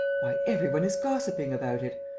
why, every one is gossiping about it!